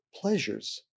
pleasures